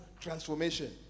transformation